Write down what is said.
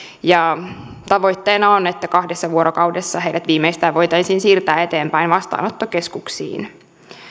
ja tavoitteena on että kahdessa vuorokaudessa heidät viimeistään voitaisiin siirtää eteenpäin vastaanottokeskuksiin